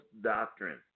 doctrine